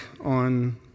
on